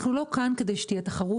אנחנו לא כאן כדי שתהיה תחרות,